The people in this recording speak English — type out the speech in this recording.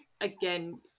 again